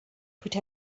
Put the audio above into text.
put